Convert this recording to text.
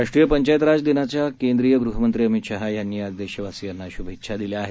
राष्ट्रीय पंचायत राज दिनाच्या केंद्रीय गृहमंत्री अमित शाह यांनी आज देशवासियांना शुभेच्छा दिल्या आहेत